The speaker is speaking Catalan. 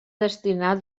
destinar